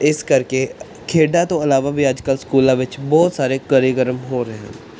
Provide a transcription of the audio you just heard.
ਇਸ ਕਰਕੇ ਖੇਡਾਂ ਤੋਂ ਇਲਾਵਾ ਵੀ ਅੱਜ ਕੱਲ੍ਹ ਸਕੂਲਾਂ ਵਿੱਚ ਬਹੁਤ ਸਾਰੇ ਕਰਿਕ੍ਰਮ ਹੋ ਰਹੇ